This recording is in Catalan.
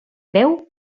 veu